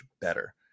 better